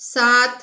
सात